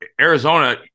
Arizona